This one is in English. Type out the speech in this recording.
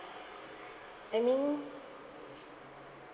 I mean